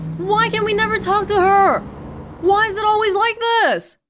why can we never talk to her why is it always like this!